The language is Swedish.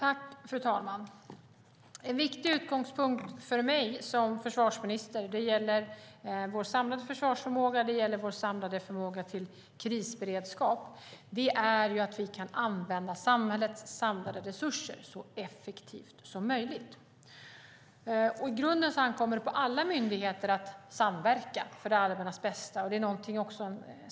Fru talman! En viktig utgångspunkt för mig som försvarsminister - det gäller vår samlade försvarsförmåga, och det gäller vår samlade förmåga till krisberedskap - är att vi kan använda samhällets samlade resurser så effektivt som möjligt. I grunden ankommer det på alla myndigheter att samverka för det allmännas bästa.